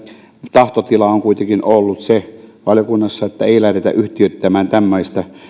tahtotila on kuitenkin ollut valiokunnassa se että ei lähdetä yhtiöittämään tämmöistä